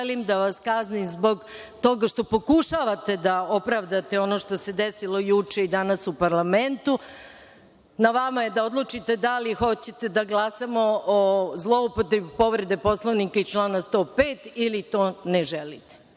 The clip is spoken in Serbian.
da vas kaznim zbog toga što pokušavate da opravdate ono što se desilo juče i danas u parlamentu, na vama je da odlučite da li hoćete da glasamo o zloupotrebi povrede Poslovnika iz člana 105. ili to ne želite.